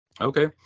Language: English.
Okay